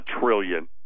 trillion